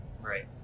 Right